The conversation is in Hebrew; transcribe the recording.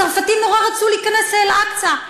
הצרפתים נורא רצו להיכנס לאל-אקצא,